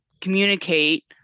communicate